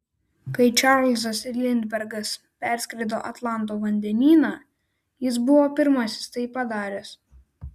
kai čarlzas lindbergas perskrido atlanto vandenyną jis buvo pirmasis tai padaręs